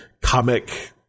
comic